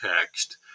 text